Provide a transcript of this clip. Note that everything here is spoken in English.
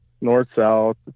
north-south